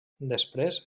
després